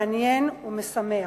מעניין ומשמח.